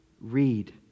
read